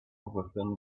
within